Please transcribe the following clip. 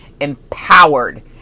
empowered